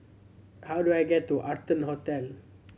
how do I get to Arton Hotel